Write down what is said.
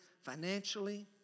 financially